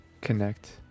connect